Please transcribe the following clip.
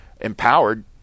empowered